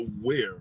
aware